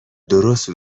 درست